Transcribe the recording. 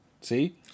See